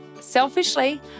Selfishly